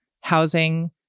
housing